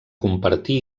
compartir